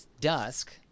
dusk